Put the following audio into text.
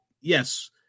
yes